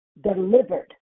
delivered